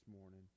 morning